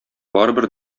барыбер